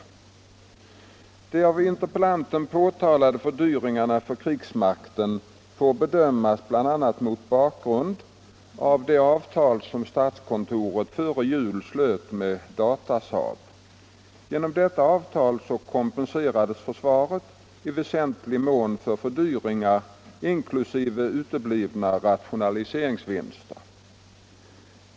217 De av interpellanten påtalade fördyringarna för försvarsmakten får bedömas bl.a. mot bakgrund av det avtal som statskontoret före jul slöt med Datasaab. Genom detta avtal kompenseras försvaret i väsentlig mån för fördyringar, inklusive uteblivna rationaliseringsvinster.